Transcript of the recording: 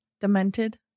demented